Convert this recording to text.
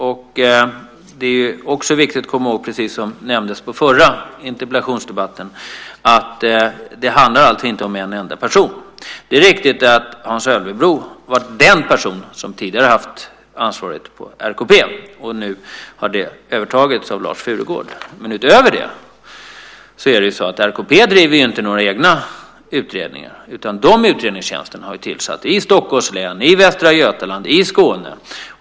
Det är också viktigt att komma ihåg, precis som nämndes i förra interpellationsdebatten, att det inte handlar om en enda person. Det är riktigt att Hans Ölvebro var den person som tidigare hade ansvaret på RKP, och nu har det övertagits av Lars Furugård. Men RKP driver inte några egna utredningar, utan de utredningstjänsterna har tillsatts i Stockholms län, i Västra Götaland och i Skåne.